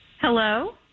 Hello